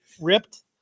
ripped